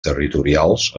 territorials